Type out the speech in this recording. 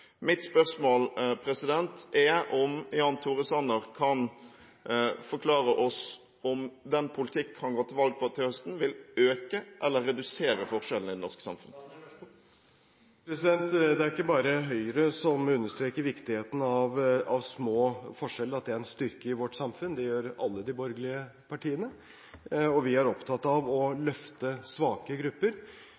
Mitt spørsmål er om Jan Tore Sanner kan forklare oss om den politikk han går til valg på til høsten, vil øke eller redusere forskjellene i det norske samfunn. Det er ikke bare Høyre som understreker viktigheten av små forskjeller og at det er en styrke i vårt samfunn. Det gjør alle de borgerlige partiene, og vi er opptatt av å